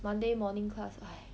monday morning class !hais!